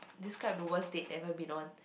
describe the worst date ever been on